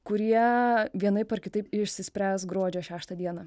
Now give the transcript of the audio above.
kurie vienaip ar kitaip išsispręs gruodžio šeštą dieną